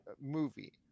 movie